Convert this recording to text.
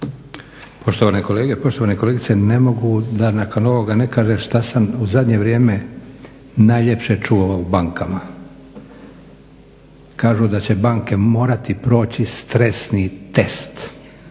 Poštovane kolege, poštovane kolegice ne mogu da nakon ovoga ne kažem šta sam u zadnje vrijeme najljepše čuo o bankama. Kažu da će banke morati proći stresni test,